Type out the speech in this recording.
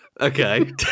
Okay